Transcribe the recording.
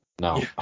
No